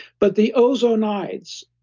but the ozonides,